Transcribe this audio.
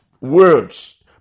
words